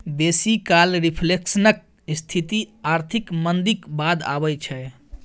बेसी काल रिफ्लेशनक स्थिति आर्थिक मंदीक बाद अबै छै